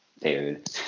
dude